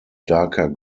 darker